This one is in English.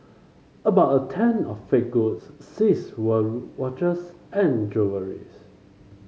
about a tenth of fake goods seized were watches and jewellries